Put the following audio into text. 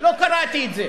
לא קראתי את זה.